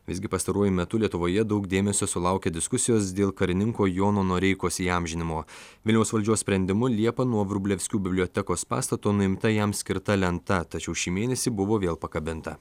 visgi pastaruoju metu lietuvoje daug dėmesio sulaukė diskusijos dėl karininko jono noreikos įamžinimo vilniaus valdžios sprendimu liepą nuo vrublevskių bibliotekos pastato nuimta jam skirta lenta tačiau šį mėnesį buvo vėl pakabinta